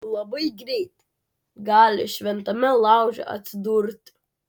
labai greit gali šventame lauže atsidurti